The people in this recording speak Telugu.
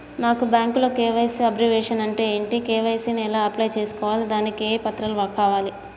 నాకు బ్యాంకులో కే.వై.సీ అబ్రివేషన్ అంటే ఏంటి కే.వై.సీ ని ఎలా అప్లై చేసుకోవాలి దానికి ఏ పత్రాలు కావాలి?